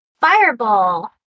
fireball